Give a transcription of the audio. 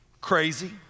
Crazy